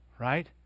Right